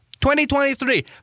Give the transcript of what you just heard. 2023